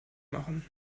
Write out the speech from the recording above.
machen